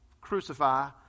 crucify